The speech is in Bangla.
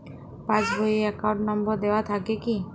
পাস বই এ অ্যাকাউন্ট নম্বর দেওয়া থাকে কি?